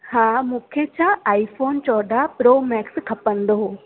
हा मूंखे छा आई फ़ोन चोॾहं प्रो मैक्स खपंदो हुओ